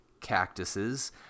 cactuses